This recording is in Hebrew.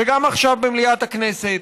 וגם עכשיו במליאת הכנסת,